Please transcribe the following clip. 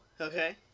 okay